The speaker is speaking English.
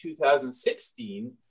2016